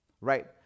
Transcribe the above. Right